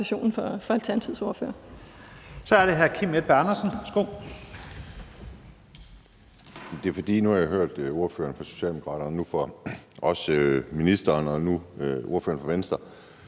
Det er, fordi jeg nu har hørt ordføreren for Socialdemokraterne og også ministeren og ordføreren for Venstre